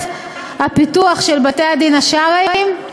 הפיתוח של בתי-הדין השרעיים,